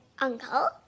uncle